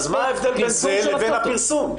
מה ההבדל בין זה לבין הפרסום?